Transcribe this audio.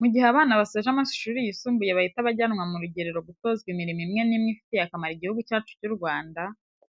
Mu gihe abana basoje amashuri yisumbuye bahita bajyanwa mu rugerero gutozwa imirimo imwe n'imwe ifitiye akamaro Igihugu cyacu cy'u Rwanda,